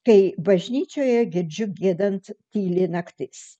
kai bažnyčioje girdžiu giedant tyli naktis